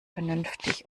vernünftig